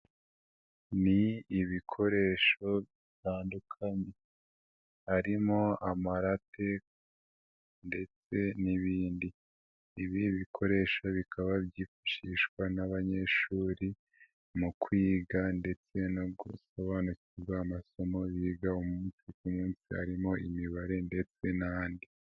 Ni ibikoresho bitandukanye harimo amarate, ndetse n'ibindi, ibi bikoresho bikaba byifashishwa n'abanyeshuri mu kwiga ndetse no gusobanukirwa amasomo biga umunsi ku munsi harimo imibare ndetse n'ayandi,